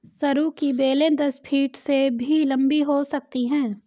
सरू की बेलें दस फीट से भी लंबी हो सकती हैं